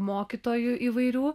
mokytojų įvairių